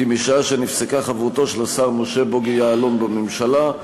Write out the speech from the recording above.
כי משעה שנפסקה חברותו של השר משה בוגי יעלון בממשלה,